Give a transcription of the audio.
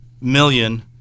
million